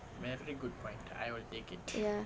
ya